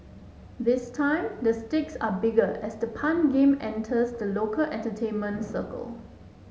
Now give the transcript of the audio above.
this time the stakes are bigger as the pun game enters the local entertainment circle